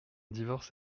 divorce